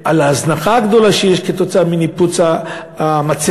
על ההזנחה הגדולה שיש כתוצאה מניפוץ המצבות,